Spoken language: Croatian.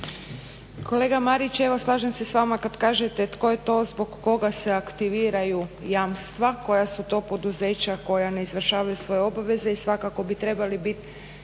Kolega Marić evo slažem se s vama kad kažete tko je to zbog koga se aktiviraju jamstva, koja su to poduzeća koja ne izvršavaju svoje obveze i svakako bi trebali biti